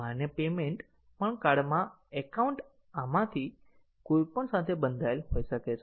માન્ય પેયમેન્ટ પણ કાર્ડમાં એકાઉન્ટ આમાંથી કોઈપણ સાથે બંધાયેલ હોઈ શકે છે